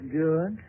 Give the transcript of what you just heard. good